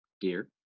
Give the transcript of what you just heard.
dear